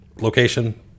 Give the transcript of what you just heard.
location